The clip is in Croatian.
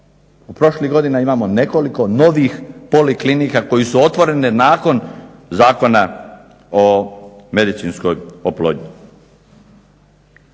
U prošlih godina imamo nekoliko novih poliklinika koje su otvorene nakon Zakona o medicinskoj oplodnji.